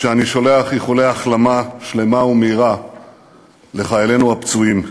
כשאני שולח איחולי החלמה שלמה ומהירה לחיילינו הפצועים.